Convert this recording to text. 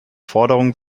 forderungen